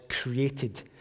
created